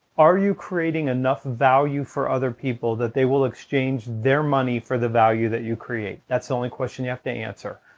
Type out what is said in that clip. are you creating enough value for other people that they will exchange their money for the value that you create? that's the only question you have to answer.